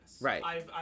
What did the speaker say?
Right